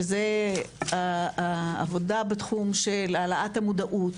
שזה העבודה בתחום של העלאת המודעות,